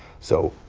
so,